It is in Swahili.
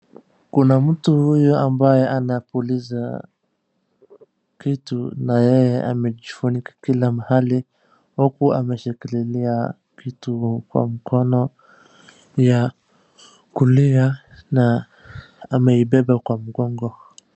Kuna mtu huyu ambaye anapuliza kitu na yeye amejifunika kila mahali huku ameshikilia kitu kwa mkono ya kulia na ameibeba kwa mgongo.